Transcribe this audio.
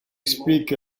speak